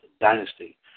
Dynasty